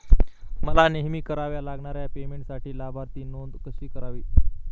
मला नेहमी कराव्या लागणाऱ्या पेमेंटसाठी लाभार्थी नोंद कशी करावी?